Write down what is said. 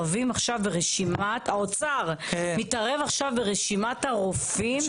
האוצר מתערב עכשיו ברשימת הרופאים?